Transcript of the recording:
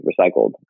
recycled